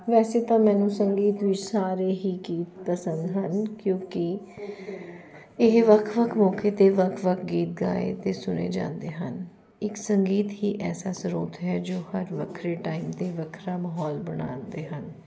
ਵੈਸੇ ਤਾਂ ਮੈਨੂੰ ਸੰਗੀਤ ਵਿੱਚ ਸਾਰੇ ਹੀ ਗੀਤ ਪਸੰਦ ਹਨ ਕਿਉਂਕਿ ਇਹ ਵੱਖ ਵੱਖ ਮੌਕੇ 'ਤੇ ਵੱਖ ਵੱਖ ਗੀਤ ਗਾਏ ਅਤੇ ਸੁਣੇ ਜਾਂਦੇ ਹਨ ਇੱਕ ਸੰਗੀਤ ਹੀ ਐਸਾ ਸਰੋਤ ਹੈ ਜੋ ਹਰ ਵੱਖਰੇ ਟਾਈਪ 'ਤੇ ਵੱਖਰਾ ਮਾਹੌਲ ਬਣਾਉਂਦੇ ਹਨ